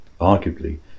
arguably